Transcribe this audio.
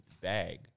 bag